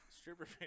stripper